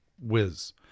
whiz